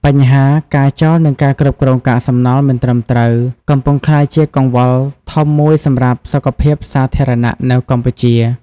បញ្ហាការចោល និងការគ្រប់គ្រងកាកសំណល់មិនត្រឹមត្រូវ កំពុងក្លាយជាកង្វល់ធំមួយសម្រាប់សុខភាពសាធារណៈនៅកម្ពុជា។